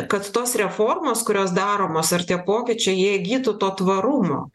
kad tos reformos kurios daromos ar tie pokyčiai jie įgytų to tvarumo